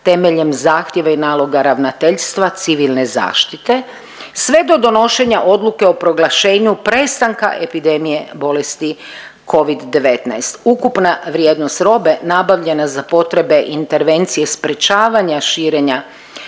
temeljem zahtjeva i naloga Ravnateljstva civilne zaštite sve do donošenja odluke o proglašenju prestanka epidemije bolesti Covid-19. Ukupna vrijednost robe nabavljena za potrebe intervencije sprječavanja širenja